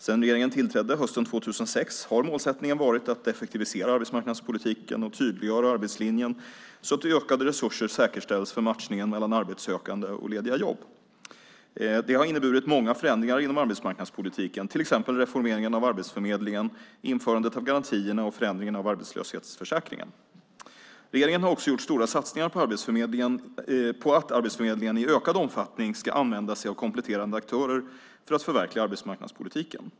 Sedan regeringen tillträdde hösten 2006 har målsättningen varit att effektivisera arbetsmarknadspolitiken och tydliggöra arbetslinjen så att ökade resurser säkerställs för matchningen mellan arbetssökande och lediga jobb. Det har inneburit många förändringar inom arbetsmarknadspolitiken, till exempel reformeringen av Arbetsförmedlingen, införandet av garantierna och förändringar av arbetslöshetsförsäkringen. Regeringen har också gjort stora satsningar på att Arbetsförmedlingen i ökad omfattning ska använda sig av kompletterande aktörer för att förverkliga arbetsmarknadspolitiken.